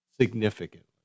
significantly